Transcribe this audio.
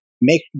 Make